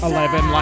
Eleven